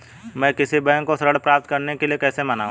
मैं किसी बैंक को ऋण प्राप्त करने के लिए कैसे मनाऊं?